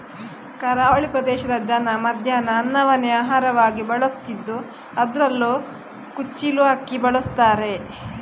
ಕರಾವಳಿ ಪ್ರದೇಶದ ಜನ ಮಧ್ಯಾಹ್ನ ಅನ್ನವನ್ನೇ ಆಹಾರವಾಗಿ ಬಳಸ್ತಿದ್ದು ಅದ್ರಲ್ಲೂ ಕುಚ್ಚಿಲು ಅಕ್ಕಿ ಬಳಸ್ತಾರೆ